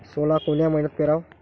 सोला कोन्या मइन्यात पेराव?